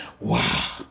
Wow